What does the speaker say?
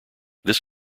this